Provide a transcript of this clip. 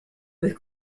with